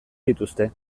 dituzte